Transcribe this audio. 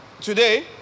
today